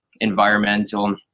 environmental